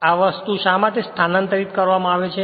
આ વસ્તુ શા માટે સ્થાનાંતરિત કરવામાં આવે છે